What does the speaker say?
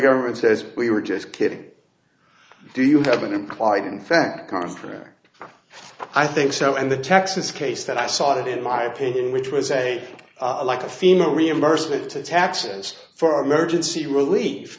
government says we were just kidding do you have an implied in fact contract i think so and the texas case that i saw it in my opinion which was a like a female reimbursement to taxes for emergency relief